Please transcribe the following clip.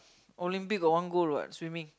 Olympic got one goal what swimming